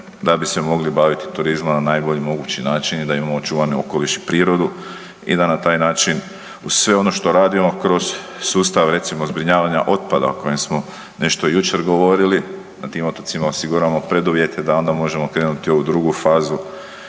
da bi se mogli baviti turizmom na najbolji mogući način i da imamo očuvan okoliš i prirodu i da na taj način uz sve ono što radimo kroz sustav recimo zbrinjavanja otpada o kojem smo nešto jučer govorili na tim otocima osiguramo preduvjete da onda možemo krenuti u ovu drugu fazu